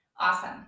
awesome